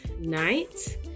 night